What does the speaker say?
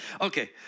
Okay